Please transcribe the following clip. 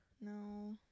No